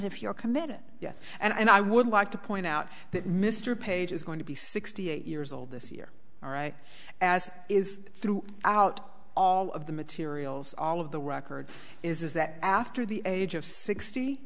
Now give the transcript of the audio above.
if you're committed yes and i would like to point out that mr page is going to be sixty eight years old this year all right as it is through out all of the materials all of the record is that after the age of sixty